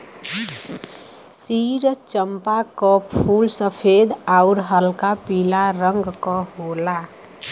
क्षीर चंपा क फूल सफेद आउर हल्का पीला रंग क होला